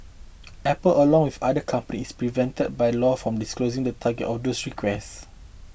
Apple along with other companies prevented by law from disclosing the targets of those requests